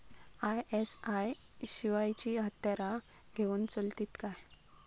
ISI शिवायची हत्यारा घेऊन चलतीत काय?